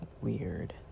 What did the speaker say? weird